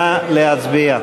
נא להצביע.